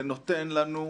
זה נותן לנו,